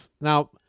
Now